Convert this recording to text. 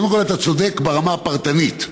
קודם כול, אתה צודק ברמה הפרטנית,